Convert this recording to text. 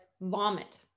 vomit